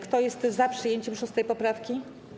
Kto jest za przyjęciem 6. poprawki?